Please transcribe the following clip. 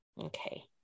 okay